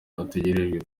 ategereje